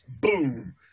Boom